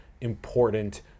important